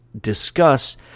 discuss